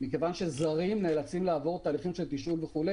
מכיוון שזרים נאלצים לעבור תהליכים של תשאול וכו',